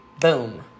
boom